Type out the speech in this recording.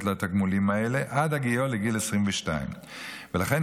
לתגמולים האלה עד הגיעו לגיל 22. ולכן,